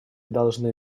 должны